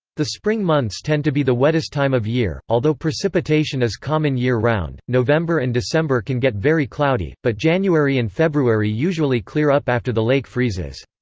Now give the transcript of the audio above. the spring months tend to be the wettest time of year, although precipitation is common year-round. november and december can get very cloudy, but january and february usually clear up after the lake freezes.